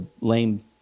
lame